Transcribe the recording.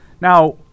now